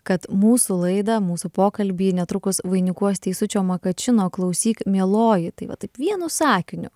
kad mūsų laidą mūsų pokalbį netrukus vainikuos teisučio makačino klausyk mieloji tai va taip vienu sakiniu